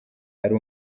ari